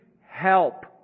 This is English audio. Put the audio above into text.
help